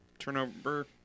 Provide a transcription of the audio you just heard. turnover